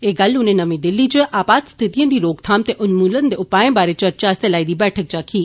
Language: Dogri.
एह् ल्ल उनें नमीं दिलली च आपात स्थितिएं दी रोकथाम ते उन्मूलन दे उपाए बारे चर्चा आस्तै लाई दी बैठक च आक्खी